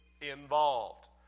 involved